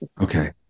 okay